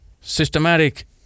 systematic